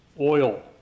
oil